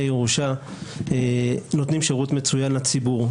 ירושה נותנים שירות מצוין לציבור.